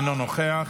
אינו נוכח.